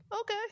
okay